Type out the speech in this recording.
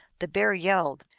the bear yelled.